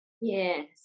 yes